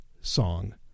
song